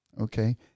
okay